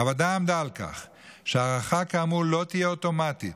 הוועדה עמדה על כך שההארכה כאמור לא תהיה אוטומטית.